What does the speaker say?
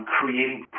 creating